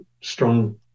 strong